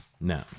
No